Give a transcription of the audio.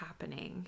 happening